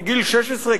מגיל 16,